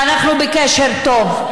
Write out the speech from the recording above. ואנחנו בקשר טוב.